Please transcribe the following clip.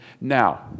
Now